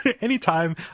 anytime